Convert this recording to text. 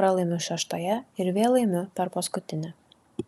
pralaimiu šeštoje ir vėl laimiu per paskutinę